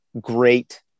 great